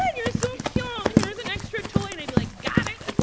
you're so cute. here is an extra toy. and i'd be like, got it